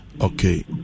Okay